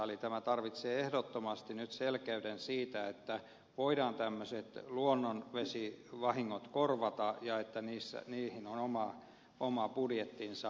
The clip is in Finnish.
eli tämä tarvitsee ehdottomasti nyt selkeyden siitä että voidaan tämmöiset luonnonvesivahingot korvata ja että niihin on oma budjettinsa